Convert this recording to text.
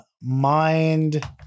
mind